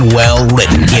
well-written